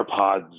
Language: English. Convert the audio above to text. AirPods